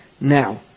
Now